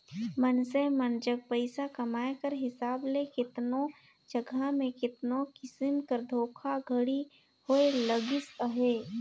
मइनसे मन जग पइसा कमाए कर हिसाब ले केतनो जगहा में केतनो किसिम कर धोखाघड़ी होए लगिस अहे